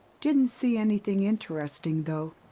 didn't see anything interesting though.